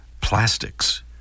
plastics